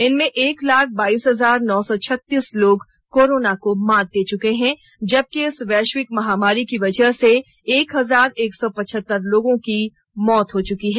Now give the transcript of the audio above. इनमें एक लाख बाइस हजार नौ सौ छत्तीस लोग कोरोना को मात दे चुके हैं जबकि इस वैश्विक महामारी की वजह से एक हजार एक सौ पचहतर लोगों की मौत हो चुकी है